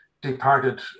departed